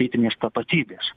lytinės tapatybės